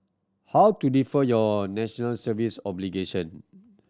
how to defer your National Service obligation